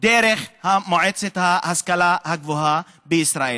דרך מועצת ההשכלה הגבוהה בישראל.